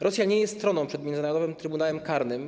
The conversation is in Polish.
Rosja nie jest stroną przed Międzynarodowym Trybunałem Karnym.